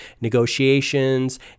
negotiations